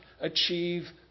achieve